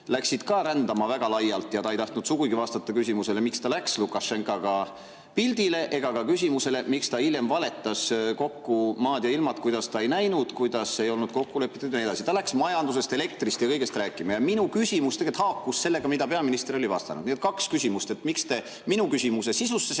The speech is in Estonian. läksid ka väga laialt rändama ja ta ei tahtnud sugugi vastata küsimusele, miks ta läks Lukašenkaga samale pildile, ega ka küsimusele, miks ta hiljem valetas kokku maad ja ilmad, kuidas ta ei näinud, kuidas ei olnud kokku lepitud ja nii edasi. Ta hakkas majandusest, elektrist ja kõigest muust rääkima. Minu küsimus tegelikult haakus sellega, mida peaminister oli vastanud. Nii et kaks küsimust: miks te minu küsimuse sisusse sekkusite